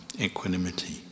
equanimity